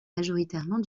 majoritairement